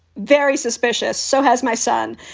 very suspicious. so has my son.